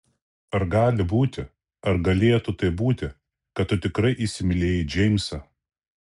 ar gali būti ar galėtų taip būti kad tu tikrai įsimylėjai džeimsą